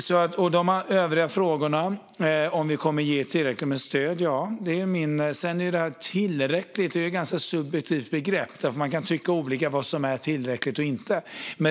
Kommer vi att ge tillräckligt med stöd? Tillräckligt är ett ganska subjektivt begrepp, för man kan tycka olika om vad som är tillräckligt.